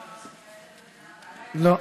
לא,